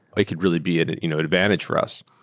it could really be an you know advantage for us.